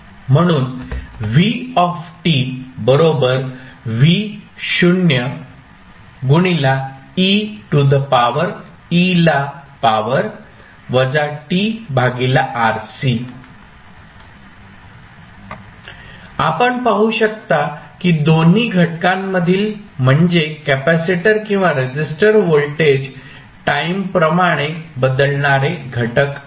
म्हणून आपण पाहू शकता की दोन्ही घटकांमधील म्हणजे कॅपेसिटर किंवा रेसिस्टर व्होल्टेज टाईम प्रमाणे बदलणारे घटक आहेत